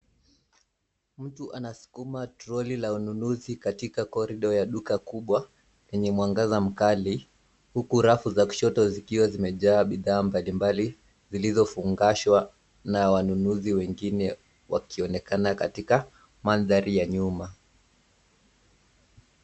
Mtu anasukuma trolley la ununuzi katika corridor ya duka kubwa, lenye mwangaza mkali, huku rafu za kushoto zikiwa zimejaa bidhaa mbalimbali, zilizofungashwa, na wanunuzi wengine, wakionekana katika, mandhari ya nyuma.